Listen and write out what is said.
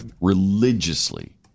Religiously